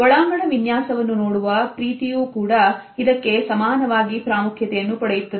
ಒಳಾಂಗಣ ವಿನ್ಯಾಸವನ್ನು ನೋಡುವ ಪ್ರೀತಿಯೂ ಕೂಡ ಇದಕ್ಕೆ ಸಮಾನವಾಗಿ ಪ್ರಾಮುಖ್ಯತೆಯನ್ನು ಪಡೆಯುತ್ತದೆ